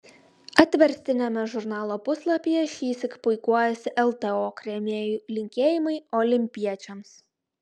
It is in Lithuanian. atverstiniame žurnalo puslapyje šįsyk puikuojasi ltok rėmėjų linkėjimai olimpiečiams